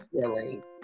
feelings